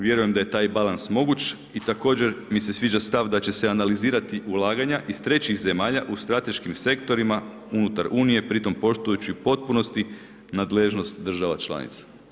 Vjerujem da je taj balans moguć i također mi se sviđa stav da će se analizirati ulaganja iz trećih zemalja u strateškim sektorima unutar Unije pritom poštujući u potpunosti nadležnost država članica.